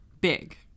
big